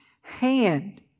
hand